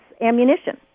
ammunition